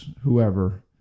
whoever